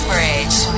Bridge